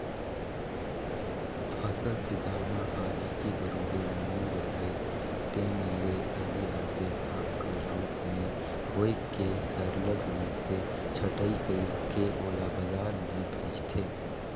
फसल के दाना ह एके बरोबर नइ राहय तेन ले अलगे अलगे भाग कर रूप में होए के सरलग मइनसे छंटई कइर के ओला बजार में बेंचथें